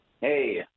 Hey